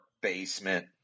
basement